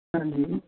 ਹਾਂਜੀ